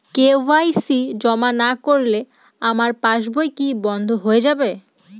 KYC জমা না করলে আমার পাসবই কি বন্ধ হয়ে যাবে?